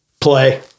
Play